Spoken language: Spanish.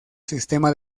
sistema